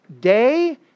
Day